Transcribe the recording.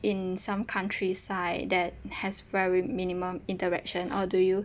in some countryside that has very minimum interaction or do you